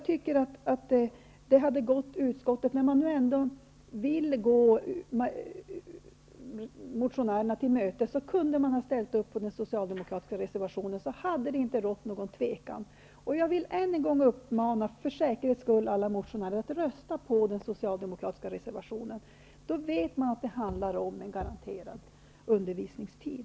När nu utskottet vill gå motionärerna till mötes, kunde utskottet ha ställt upp på den socialdemokratiska reservationen, och då hade de inte funnits några tvivel. Jag vill än en gång, för säkerhets skull, uppmana alla motionärer att rösta på den socialdemokratiska reservationen. Då vet man att det blir fråga om en garanterad undervisningstid.